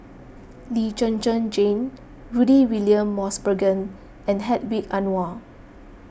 Lee Zhen Zhen Jane Rudy William Mosbergen and Hedwig Anuar